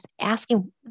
asking